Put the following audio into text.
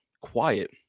quiet